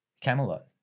Camelot